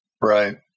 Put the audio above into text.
Right